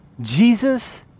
Jesus